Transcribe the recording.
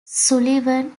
sullivan